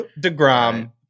deGrom